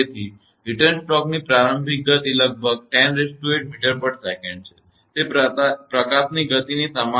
તેથી રીટર્ન સ્ટ્રોકની પ્રારંભિક ગતિ લગભગ 108 msec છે તે પ્રકાશની ગતિ સમાન નથી